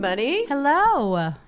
Hello